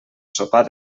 sopar